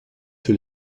que